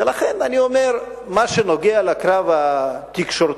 ולכן אני אומר, מה שנוגע לקרב התקשורתי,